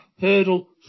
hurdle